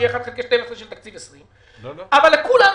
שיהיה 1 חלקי 12 של תקציב 2020. אבל לכולנו